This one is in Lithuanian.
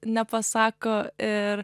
nepasako ir